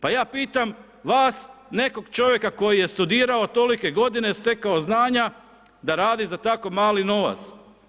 Pa ja pitam vas, nekog čovjeka koji je studirao tolike godine, stekao znanja, da radi za tako mali novac.